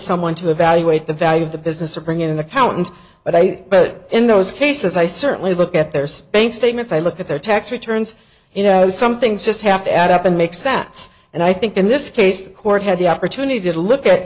someone to evaluate the value of the business or bring in an accountant but i but in those cases i certainly look at theirs bank statements i look at their tax returns you know some things just have to add up and make sense and i think in this case the court had the opportunity to look at